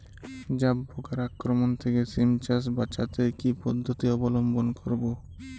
জাব পোকার আক্রমণ থেকে সিম চাষ বাচাতে কি পদ্ধতি অবলম্বন করব?